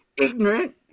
ignorant